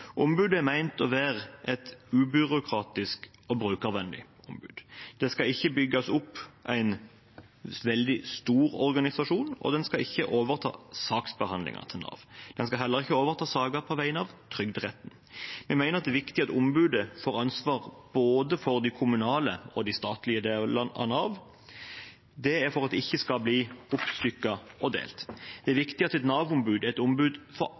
Ombudet er ment å være et ubyråkratisk og brukervennlig ombud. Det skal ikke bygges opp en veldig stor organisasjon, og den skal ikke overta saksbehandlingen til Nav. Den skal heller ikke overta saker på vegne av Trygderetten. Jeg mener det er viktig at ombudet får ansvar for både den kommunale og den statlige delen av Nav. Det er for at det ikke skal bli oppstykket og delt. Det er viktig at et Nav-ombud er et ombud